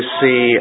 see